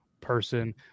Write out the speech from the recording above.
person